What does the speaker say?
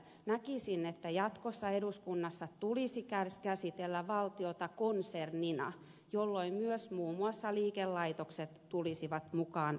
näkisin että jatkossa eduskunnassa tulisi käsitellä valtiota konsernina jolloin myös muun muassa liikelaitokset tulisivat mukaan käsittelyyn